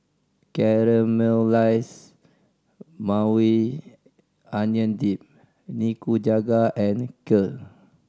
Caramelize Maui Onion Dip Nikujaga and Kheer